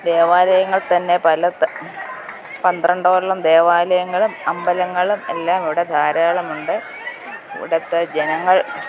ദേവാലയങ്ങൾ തന്നെ പല പന്ത്രണ്ടോളം ദേവാലയങ്ങളും അമ്പലങ്ങളും എല്ലാം ഇവിടെ ധാരാളമുണ്ട് ഇവിടുത്തെ ജനങ്ങൾ